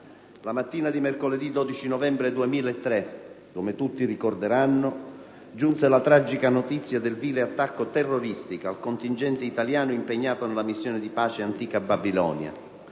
La mattina di mercoledì 12 novembre 2003, come tutti ricorderanno, giunse la tragica notizia del vile attacco terroristico al contingente italiano impegnato nella missione di pace «Antica Babilonia»,